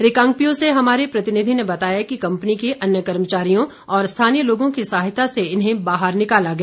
रिकांगपिओ से हमारे प्रतिनिधि ने बताया कि कम्पनी के अन्य कर्मचारियों और स्थानीय लोगों की सहायता से इन्हें बाहर निकाला गया